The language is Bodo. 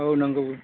औ नंगौ